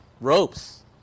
ropes